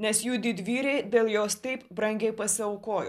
nes jų didvyriai dėl jos taip brangiai pasiaukojo